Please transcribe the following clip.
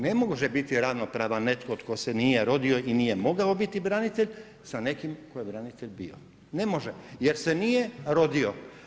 Ne može biti ravnopravan netko tko se nije rodio i nije mogao biti branitelj sa nekim tko je branitelj bio, ne može jer se nije rodio.